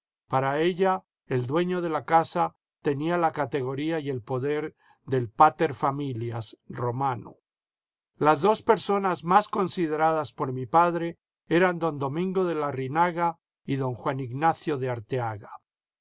para ella el dueño de la casa tenía la categoría y el poder del pater familias romano las dos personas miás consideradas por mi padre eran don domingo de larrinaga y don juan ignacio de arteaga